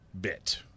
bit